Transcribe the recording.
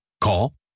Call